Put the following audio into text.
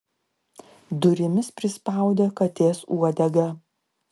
durimis prispaudė katės uodegą